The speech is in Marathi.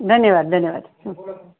धन्यवाद धन्यवाद